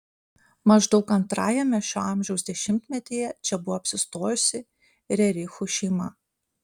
maždaug antrajame šio amžiaus dešimtmetyje čia buvo apsistojusi rerichų šeima